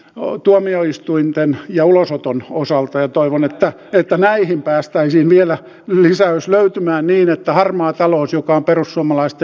ooo tuomioistuinten ja ulosoton osalta ja toivon että että näin päästäisiin vielä lisäys löytämään niin että harmaa talous joka on perussuomalaista